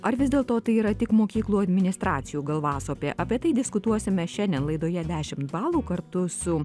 ar vis dėlto tai yra tik mokyklų administracijų galvasopė apie apie tai diskutuosime šiandien laidoje dešimt balų kartu su